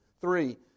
Three